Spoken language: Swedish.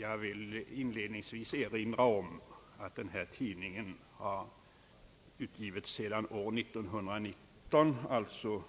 Herr talman! Jag vill erinra om att tidningen Samefolket har utgivits sedan år 1919, alltså